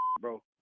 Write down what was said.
bro